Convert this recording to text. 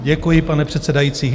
Děkuji, pane předsedající.